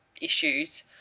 issues